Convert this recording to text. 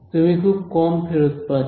তুমি খুব কম ফেরত পাচ্ছে